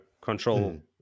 control